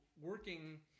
working